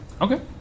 Okay